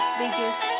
biggest